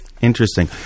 Interesting